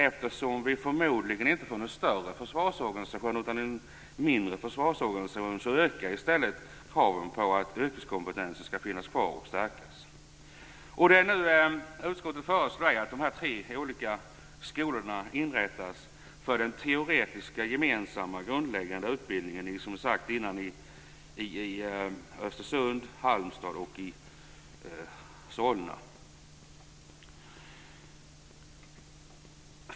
Eftersom vi förmodligen inte får en större försvarsorganisation, utan en mindre, ökar kraven på att yrkeskompetensen skall finnas kvar och stärkas. Utskottet föreslår att de tre olika skolorna för den teoretiska gemensamma grundläggande utbildningen inrättas i Östersund, Halmstad och Solna.